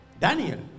Daniel